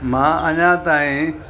मां अञा ताईं